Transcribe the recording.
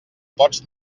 pots